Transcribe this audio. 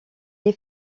est